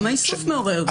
גם האיסוף מעורר.